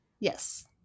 Yes